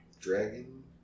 Dragon